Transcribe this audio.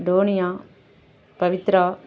டோனியா Pavithra